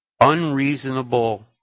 unreasonable